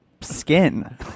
skin